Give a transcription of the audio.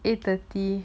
eight thirty